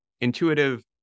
intuitive